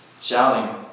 Shouting